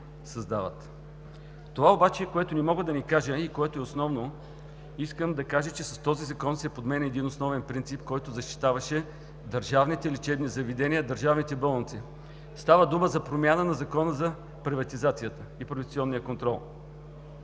Това обаче, което не мога да не кажа и което е основно – искам да кажа, че с този Закон се подменя един основен принцип, който защитаваше държавните лечебни заведения, държавните болници. Става дума за промяна на Закона за приватизацията и приватизационния контрол.